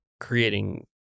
creating